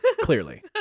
Clearly